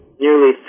nearly